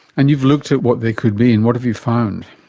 and you've looked at what they could be, and what have you found?